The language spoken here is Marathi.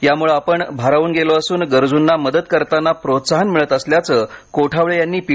यामुळे आपण भारावून गेलो असुन गरजूंना मदत करताना प्रोत्साहन मिळत असल्याचं कोठावळे यांनी पी